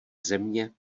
země